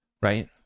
right